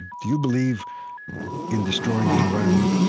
do you believe in destroying the environment?